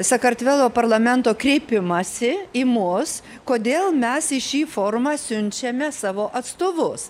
sakartvelo parlamento kreipimąsi į mus kodėl mes į šį forumą siunčiame savo atstovus